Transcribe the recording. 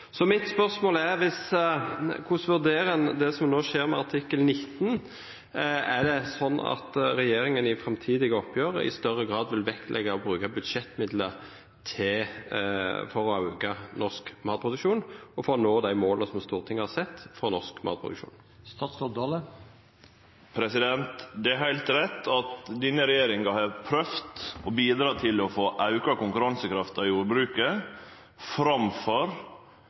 Så mitt spørsmål er: Hvordan vurderer en det som nå skjer med artikkel 19? Er det slik at regjeringen i framtidige oppgjør i større grad vil vektlegge å bruke budsjettmidler for å øke norsk matproduksjon og for å nå de målene som Stortinget har satt for norsk matproduksjon? Det er heilt rett at denne regjeringa har prøvd å bidra til å få auka konkurransekrafta i jordbruket framfor